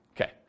Okay